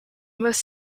most